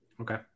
Okay